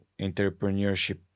entrepreneurship